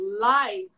life